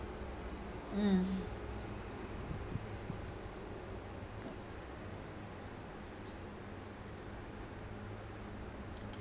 mm